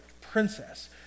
princess